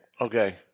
okay